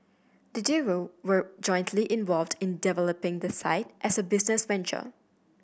the duo were jointly involved in developing the site as a business venture